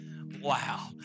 Wow